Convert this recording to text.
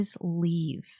leave